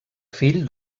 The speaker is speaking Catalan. fill